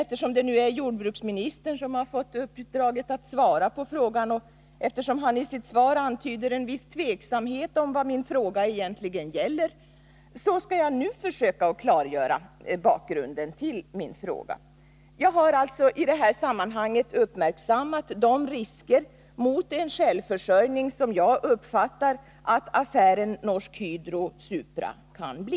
Eftersom det är jordbruksministern som fått i uppdrag att svara på frågan och eftersom han i sitt svar antyder en viss tveksamhet om vad min fråga egentligen gäller, så skall jag försöka nu klargöra bakgrunden till frågan. Jag har alltså uppmärksammat de risker för vår självförsörjning som jag uppfattar att affären med Norsk Hydro och Supra kan medföra.